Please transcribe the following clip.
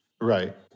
Right